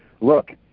Look